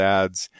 ads